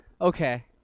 Okay